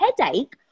headache